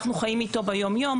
אנחנו חיים איתו ביום יום,